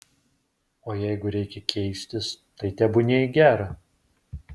o jeigu reikia keistis tai tebūnie į gera